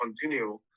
continue